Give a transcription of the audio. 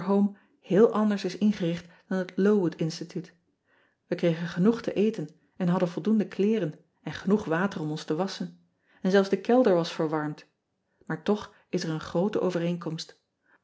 heel anders is ingericht dan het owood instituut e kregen genoeg te eten en hadden voldoende kleeren en genoeg water om ons te wasschen en zelfs de kelder was verwarmd maar toch is er een groote overeenkomst